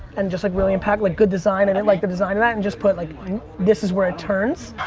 and just like really impact, like good design in and it, like the design in that, and just put like like this is where it turns.